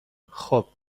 خوب